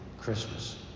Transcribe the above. christmas